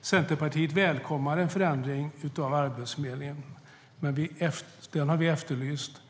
Centerpartiet välkomnar en förändring av Arbetsförmedlingen - den har vi efterlyst.